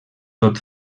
tot